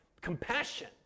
Compassion